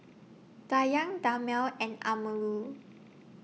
Dayang Damia and Amirul